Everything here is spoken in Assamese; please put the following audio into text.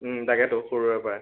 তাকেটো সৰুৰে পৰাই